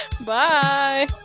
Bye